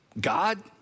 God